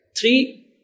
three